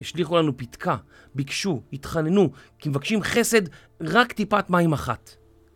השליכו לנו פתקה, ביקשו, התחננו, כי מבקשים חסד רק טיפת מים אחת